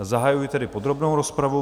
Zahajuji tedy podrobnou rozpravu.